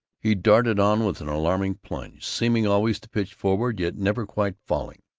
he darted on with an alarming plunge, seeming always to pitch forward yet never quite falling.